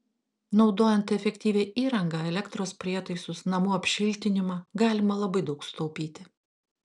naudojant efektyvią įrangą elektros prietaisus namų apšiltinimą galima labai daug sutaupyti